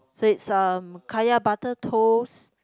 so it's a kaya butter toast